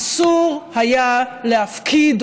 אסור היה להפקיד,